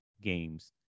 games